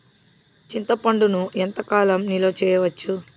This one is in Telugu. చింతపండును ఎంత కాలం నిలువ చేయవచ్చు?